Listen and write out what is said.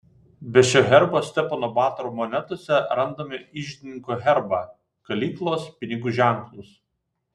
be šio herbo stepono batoro monetose randame iždininko herbą kalyklos pinigų ženklus